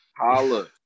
Holla